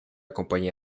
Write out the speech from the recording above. compañía